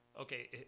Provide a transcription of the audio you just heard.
okay